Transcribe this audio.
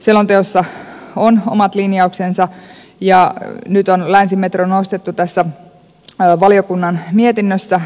selonteossa on omat linjauksensa ja nyt on länsimetro nostettu tässä valiokunnan mietinnössä